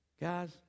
Guys